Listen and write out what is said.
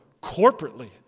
corporately